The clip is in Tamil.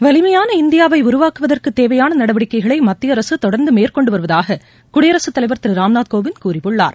வலிமையான இந்தியாவை உருவாக்குவதற்கு தேவையான நடவடிக்கைகளை மத்திய அரசு தொடர்ந்து மேற்கொண்டு வருவதாக குடியரசுத் தலைவர் திரு ராம்நாத் கோவிந்த் கூறியுள்ளார்